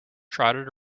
trotted